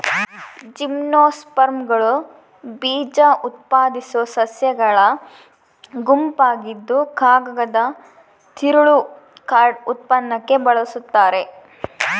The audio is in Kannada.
ಜಿಮ್ನೋಸ್ಪರ್ಮ್ಗಳು ಬೀಜಉತ್ಪಾದಿಸೋ ಸಸ್ಯಗಳ ಗುಂಪಾಗಿದ್ದುಕಾಗದದ ತಿರುಳು ಕಾರ್ಡ್ ಉತ್ಪನ್ನಕ್ಕೆ ಬಳಸ್ತಾರ